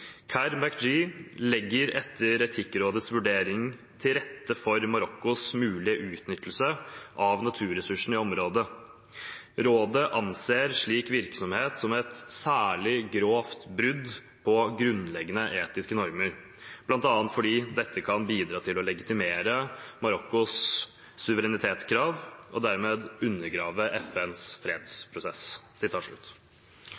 legger etter rådets vurdering til rette for Marokkos mulige utnyttelse av naturressursene i området. Rådet anser slik virksomhet som et «særlig grovt brudd på grunnleggende etiske normer» blant annet fordi dette kan bidra til å legitimere Marokkos suverenitetskrav og dermed undergrave FNs